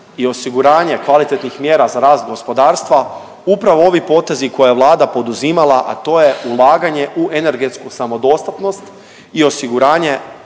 i osiguranje kvalitetnih mjera za rast gospodarstva upravo ovi potezi koje je Vlada poduzimala, a to je ulaganje u energetsku samodostatnost i osiguranje